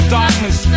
darkness